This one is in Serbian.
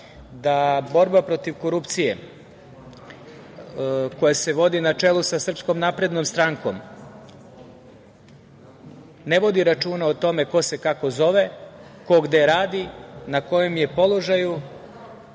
da borba protiv korupcije, koja se vodi na čelu sa SNS, ne vodi računa o tome ko se kako zove, ko gde radi, na kojem je položaju,